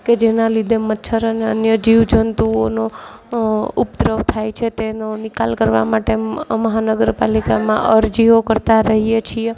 કે જેના લીધે મચ્છર અને અન્ય જીવજંતુઓનો ઉપદ્રવ થાય છે તેનો નિકાલ કરવા માટે આ મહાનગરપાલિકામાં અરજીઓ કરતાં રહીએ છીએ